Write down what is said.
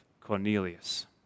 Cornelius